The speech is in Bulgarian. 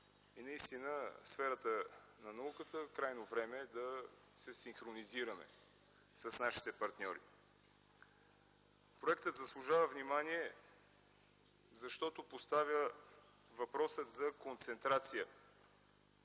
съюз и в сферата на науката крайно време е да се синхронизираме с нашите партньори. Проектът заслужава внимание, защото поставя въпроса за концентрация